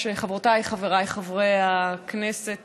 אתם עכשיו מתבכיינים על חוק שיפוצים,